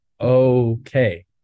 okay